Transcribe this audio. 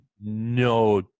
no